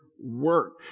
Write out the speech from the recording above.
work